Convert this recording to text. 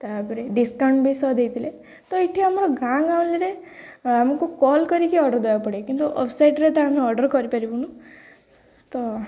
ତାପରେ ଡିସକାଉଣ୍ଟ ବି ସହ ଦେଇଥିଲେ ତ ଏଇଠି ଆମର ଗାଁ ଗହଳିରେ ଆମକୁ କଲ୍ କରିକି ଅର୍ଡର୍ ଦେବାକୁ ପଡ଼େ କିନ୍ତୁ ୱେବସାଇଟରେ ତ ଆମେ ଅର୍ଡର୍ କରିପାରିବୁନି ତ